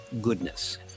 goodness